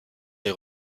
les